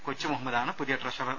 കൊച്ചുമുഹമ്മദാണ് പുതിയ ട്രഷറർ